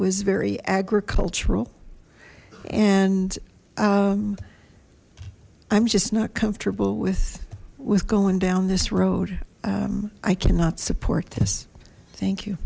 was very agricultural and i'm just not comfortable with with going down this road i cannot support this thank you